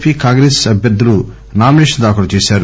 P Congress అభ్యర్థులు nomination దాఖలు చేశారు